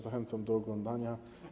Zachęcam do oglądania.